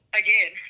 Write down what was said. again